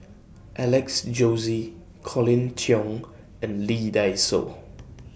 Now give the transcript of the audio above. Alex Josey Colin Cheong and Lee Dai Soh